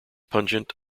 pungent